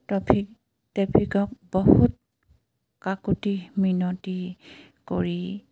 traffic ট্ৰেফিকক বহুত কাকূতি মিনতি কৰি